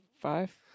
five